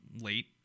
late